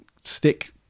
stick